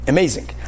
Amazing